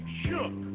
shook